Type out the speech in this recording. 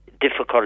difficult